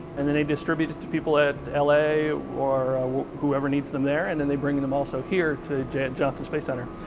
and then they distribute it to people at la or whoever needs them there, and then they bring them also here to johnson space center.